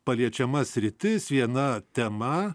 paliečiama sritis viena tema